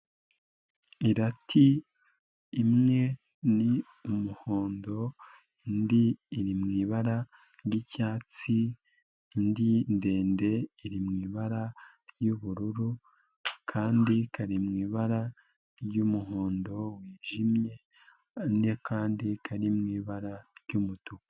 Irati imwe ni umuhondo, indi iri mu ibara ry'icyatsi, indi ndende iri mu ibara ry'ubururu, akandi kari mu ibara ry'umuhondo wijimye, akandi kari mu ibara ry'umutuku.